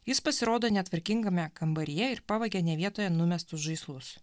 jis pasirodo netvarkingame kambaryje ir pavagia ne vietoje numestus žaislus